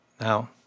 Now